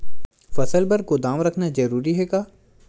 फसल बर गोदाम रखना जरूरी हे का?